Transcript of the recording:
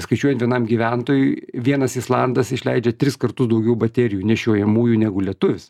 skaičiuojant vienam gyventojui vienas islandas išleidžia tris kartus daugiau baterijų nešiojamųjų negu lietuvis